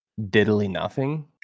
diddly-nothing